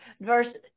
Verse